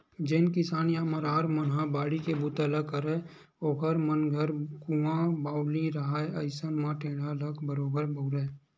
जेन किसान या मरार मन ह बाड़ी के बूता ल करय ओखर मन घर कुँआ बावली रहाय अइसन म टेंड़ा ल बरोबर बउरय